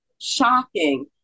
shocking